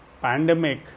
pandemic